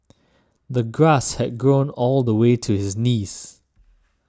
the grass had grown all the way to his knees